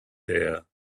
there